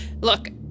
Look